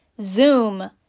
Zoom